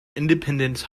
independence